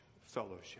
fellowship